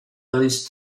alice